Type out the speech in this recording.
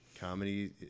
Comedy